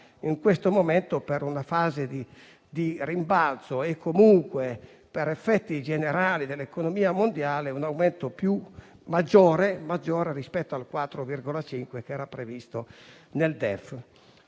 in questo momento, per una fase di rimbalzo e comunque per gli effetti generali dell'economia mondiale, presenta un aumento maggiore rispetto al 4,5 previsto nel DEF.